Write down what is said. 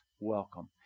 Welcome